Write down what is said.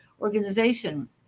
organization